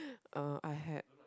uh I had